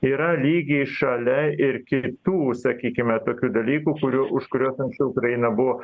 yra lygiai šalia ir kitų sakykime tokių dalykų kurių už kuriuos anksčiau ukraina buvo